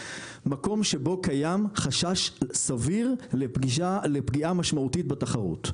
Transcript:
מקום שבו קיים חשש סביר לפגיעה משמעותית בתחרות.